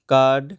card